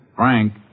Frank